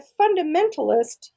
fundamentalist